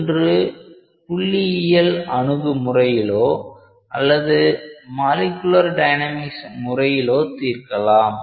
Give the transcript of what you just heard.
ஒன்று புள்ளியில் அணுகுமுறையிலோ அல்லது மாலிகுலார் டைனமிக்ஸ் முறையிலோ தீர்க்கலாம்